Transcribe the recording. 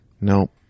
Nope